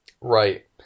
Right